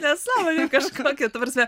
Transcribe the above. nesąmonė kažkokia ta prasme